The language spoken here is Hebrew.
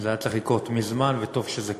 זה היה צריך לקרות מזמן, וטוב שזה קרה.